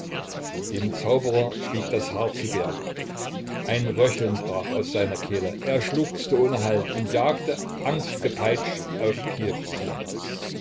dem zauberer stieg das haar zu berg ein röcheln brach aus seiner kehle er schluchzte ohne halt und jagte angstgepeitscht auf kiew zu